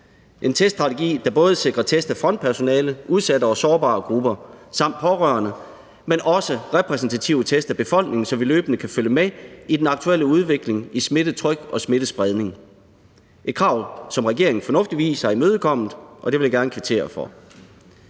en teststrategi, der både sikrer test af frontpersonale, udsatte og sårbare grupper samt pårørende, men også repræsentative test af befolkningen, så vi løbende kan følge med i den aktuelle udvikling i smittetryk og smittespredning. Det er et krav, som regeringen fornuftigvis har imødekommet, og det vil jeg gerne kvittere for.